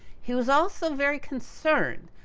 he was also very concerned,